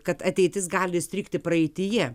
kad ateitis gali įstrigti praeityje